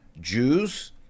Jews